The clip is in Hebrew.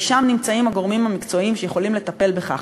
כי שם נמצאים הגורמים המקצועיים שיכולים לטפל בכך.